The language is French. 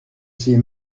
ses